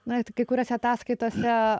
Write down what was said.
na tai kai kuriose ataskaitose